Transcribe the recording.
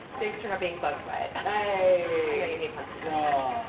thanks for not being bugged by it. but aye! i know you hate puns um so